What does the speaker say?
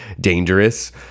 dangerous